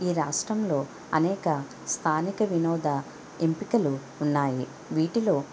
ఈ రాష్ట్రంలో అనేక స్థానిక వినోద ఎంపికలు ఉన్నాయి వీటిలో